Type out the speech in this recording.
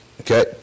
Okay